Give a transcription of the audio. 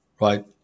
right